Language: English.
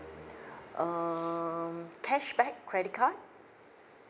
um cashback credit card